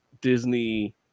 Disney